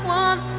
one